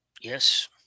Yes